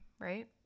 right